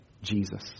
jesus